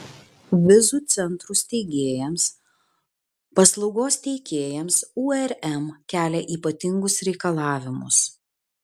vizų centrų steigėjams paslaugos teikėjams urm kelia ypatingus reikalavimus